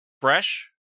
fresh